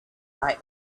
like